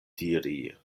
diri